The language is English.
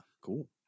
cool